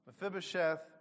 Mephibosheth